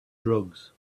drugs